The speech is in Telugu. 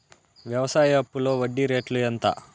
వ్యవసాయ అప్పులో వడ్డీ రేట్లు ఎంత?